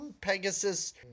Pegasus